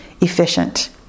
efficient